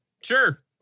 sure